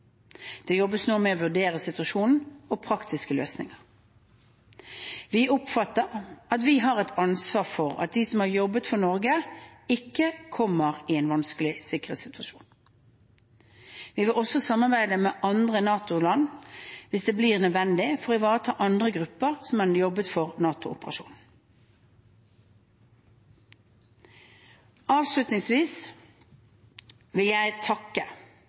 Det jobbes nå med å vurdere situasjonen og praktiske løsninger. Vi oppfatter at vi har et ansvar for at de som har jobbet for Norge, ikke kommer i en vanskelig sikkerhetssituasjon. Vi vil også samarbeide med andre NATO-land hvis det blir nødvendig, for å ivareta andre grupper som har jobbet for NATO-operasjonen. Avslutningsvis vil jeg takke